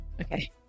okay